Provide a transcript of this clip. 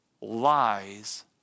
lies